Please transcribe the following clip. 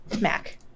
mac